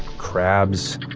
crabs,